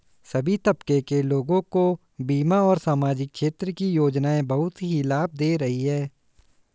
सभी तबके के लोगों को बीमा और सामाजिक क्षेत्र की योजनाएं बहुत ही लाभ दे रही हैं